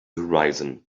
horizon